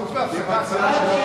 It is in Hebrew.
כי אין ממשלה,